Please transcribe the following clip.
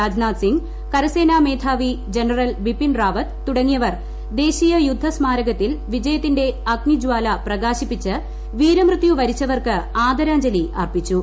രാജ്നാഥ് സിംഗ് കരസേനാ മേധാവി ജനറൽ ബിഷ്ൻ റാവത്ത് തുടങ്ങിയവർ ദേശീയ യുദ്ധ സ്മാരകത്തിൽ വിജയത്തിന്റെ അഗ്നിജാല പ്രകാശിപ്പിച്ച് വീരമൃത്യു വരിച്ചവർക്ക് ആദരാഞ്ജലി അർപ്പിച്ചു